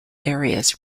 areas